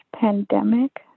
pandemic